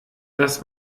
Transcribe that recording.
dass